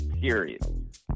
Period